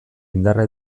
indarra